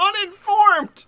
Uninformed